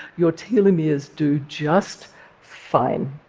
your telomeres do just fine.